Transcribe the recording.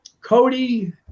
Cody